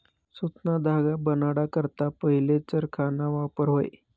सुतना धागा बनाडा करता पहिले चरखाना वापर व्हये